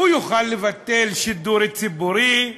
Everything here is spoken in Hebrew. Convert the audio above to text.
הוא יוכל לבטל שידור ציבורי,